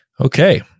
Okay